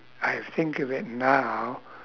I think of it now